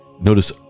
Notice